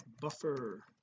buffer